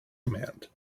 command